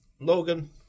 Logan